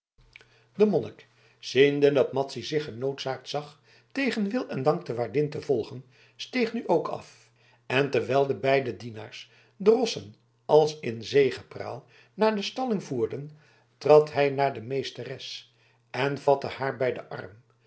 de monnik ziende dat madzy zich reeds genoodzaakt zag tegen wil en dank de waardin te volgen steeg nu ook af en terwijl de beide dienaars de rossen als in zegepraal naar de stalling voerden trad hij naar de meesteres en vatte haar bij den arm